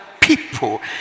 people